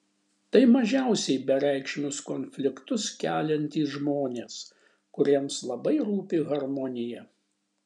tai mažiausiai bereikšmius konfliktus keliantys žmonės kuriems labai rūpi harmonija